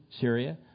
Syria